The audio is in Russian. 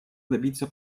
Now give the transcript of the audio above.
добиться